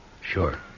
sure